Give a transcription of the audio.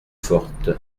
forte